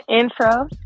intro